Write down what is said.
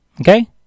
Okay